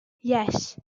yes